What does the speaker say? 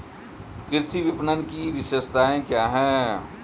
कृषि विपणन की विशेषताएं क्या हैं?